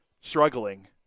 struggling